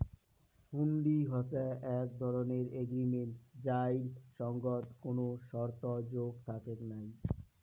হুন্ডি হসে এক ধরণের এগ্রিমেন্ট যাইর সঙ্গত কোনো শর্ত যোগ থাকেক নাই